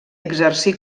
exercí